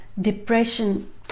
depression